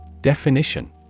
Definition